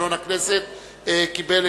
לתקנון הכנסת נתקבלה.